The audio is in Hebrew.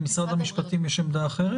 למשרד המשפטים יש עמדה אחרת?